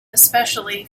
especially